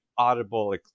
audible